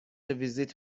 ویزیت